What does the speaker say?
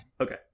Okay